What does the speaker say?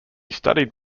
studied